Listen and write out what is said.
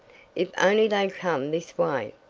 if only they come this way!